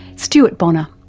stuart bonner.